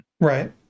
Right